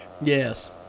Yes